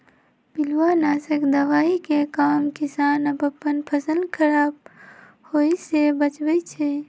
पिलुआ नाशक दवाइ के काम किसान अप्पन फसल ख़राप होय् से बचबै छइ